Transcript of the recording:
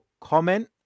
comment